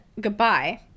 goodbye